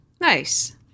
nice